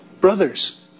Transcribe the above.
Brothers